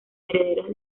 herederos